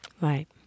Right